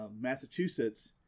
Massachusetts